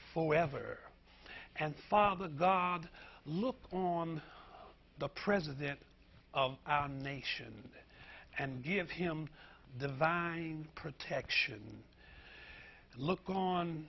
for ever and father god look on the president nation and give him the vine protection look on